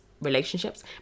relationships